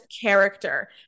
character